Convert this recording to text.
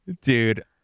Dude